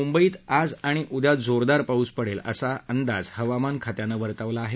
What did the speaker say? मुंबईत आज आणि उद्या जोरदार पाऊस पडेल असा अंदाज हवामान खात्यानं वर्तवला आहे